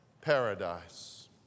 paradise